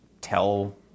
tell